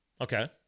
Okay